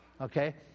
okay